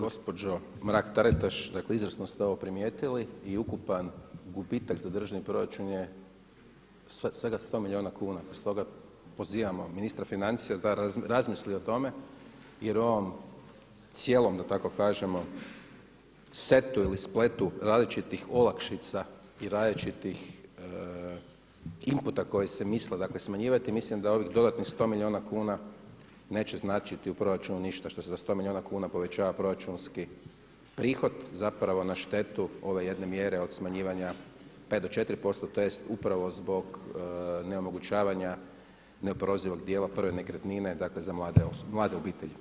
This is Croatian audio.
Gospođo Mrak-Taritaš dakle izvrsno ste ovo primijetili i ukupan gubitak za državni proračun je svega 100 milijuna kuna stoga pozivamo ministra financija da razmisli o tome jer ovom cijelom da tako kažemo setu ili spletu različitih olakšica i različitih inputa koje se misle dakle smanjivati mislim da ovih dodatnih 100 milijuna kuna neće značiti u proračunu ništa što se za 100 milijuna kuna povećava proračunski prihod zapravo na štetu ove jedne mjere od smanjivanja 5 do 4% tj. upravo zbog neomogućavanja neoporezivog djela prve nekretnine dakle za mlade obitelji.